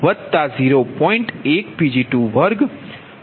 18Pg32આપવામાં આવે છે